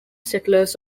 settlers